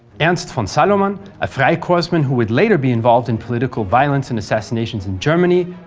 ernst von salomon, a freikorpsman who would later be involved in political violence and assassinations in germany,